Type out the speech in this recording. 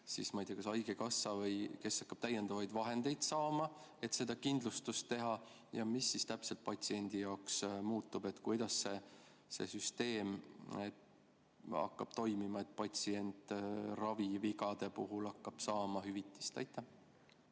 ma ei tea, kas haigekassa või kes hakkab täiendavaid vahendeid saama, et seda kindlustust teha, ja mis siis täpselt patsiendi jaoks muutub? Kuidas see süsteem hakkab toimima, et patsient ravivigade puhul hakkab saama hüvitist? Aitäh,